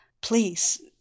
Please